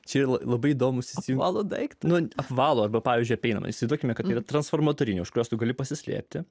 čia labai įdomūs išsivalo daiktą nuo apvalo arba pavyzdžiui apeina įsitikinę kad ir transformatorinių užkrėstų gali pasislėpti